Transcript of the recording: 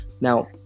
now